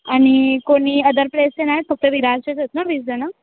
आणि कोणी अदर प्लेसचे नाही आहेत फक्त विरारचेच आहेत ना वीस जण